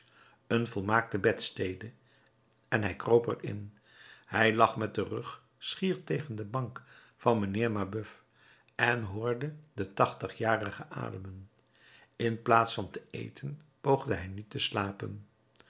een volmaakte bedstede en hij kroop er in hij lag met den rug schier tegen de bank van mijnheer mabeuf en hoorde den tachtigjarige ademen in plaats van te eten poogde hij nu te slapen